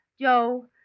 Joe